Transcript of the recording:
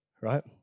Right